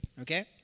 okay